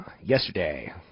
Yesterday